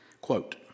quote